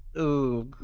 ooh,